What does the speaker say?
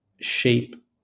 shape